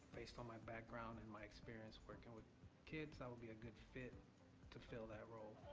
based on my background and my experience working with kids, i would be a good fit to fill that role.